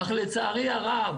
אך לצערי הרב